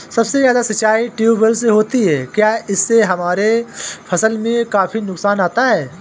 सबसे ज्यादा सिंचाई ट्यूबवेल से होती है क्या इससे हमारे फसल में काफी नुकसान आता है?